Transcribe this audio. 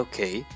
Okay